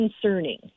concerning